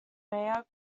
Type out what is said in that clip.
mayor